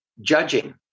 judging